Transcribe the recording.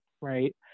right